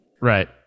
Right